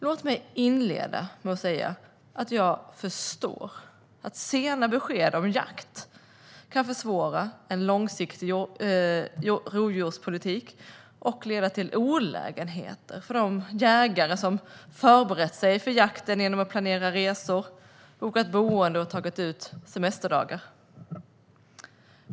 Låt mig inleda med att säga att jag förstår att sena besked om jakt kan försvåra en långsiktig rovdjurspolitik och leda till olägenheter för de jägare som har förberett sig för jakten genom att planera resor, boka boenden och ta ut semesterdagar.